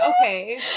Okay